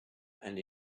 and